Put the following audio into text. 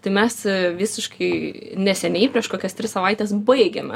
tai mes visiškai neseniai prieš kokias tris savaites baigėme